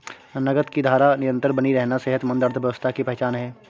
नकद की धारा निरंतर बनी रहना सेहतमंद अर्थव्यवस्था की पहचान है